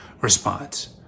response